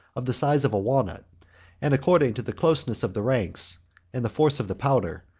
of the size of a walnut and, according to the closeness of the ranks and the force of the powder,